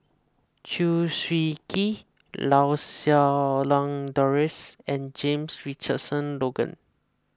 Chew Swee Kee Lau Siew Lang Doris and James Richardson Logan